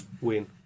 Win